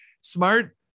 smart